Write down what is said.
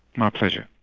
my pleasure.